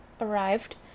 arrived